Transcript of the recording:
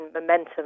momentum